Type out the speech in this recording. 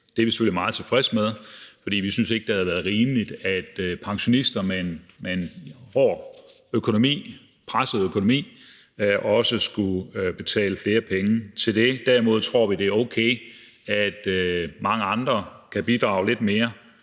Det er vi selvfølgelig meget tilfredse med, for vi synes ikke, det havde været rimeligt, at pensionister med en hård og presset økonomi også skulle betale flere penge til det. Derimod tror vi, det er okay, at mange andre kan bidrage ved at